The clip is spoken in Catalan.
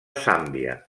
zàmbia